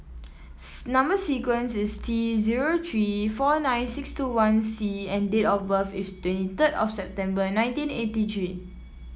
number sequence is T zero three four nine six two one C and date of birth is twenty third of September nineteen eighty three